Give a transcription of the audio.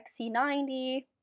XC90